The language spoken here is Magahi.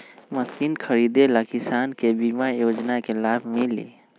मशीन खरीदे ले किसान के बीमा योजना के लाभ मिली?